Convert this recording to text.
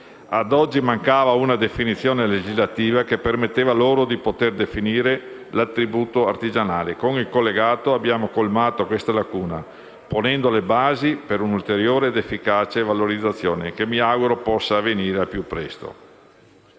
Ad oggi mancava una definizione legislativa che permettesse loro di poter definire l'attributo artigianale: con il collegato abbiamo colmato questa lacuna, ponendo le basi per un'ulteriore ed efficace valorizzazione, che mi auguro possa avvenire al più presto.